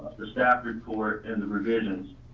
the staff report and the revisions,